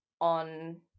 on